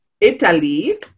Italy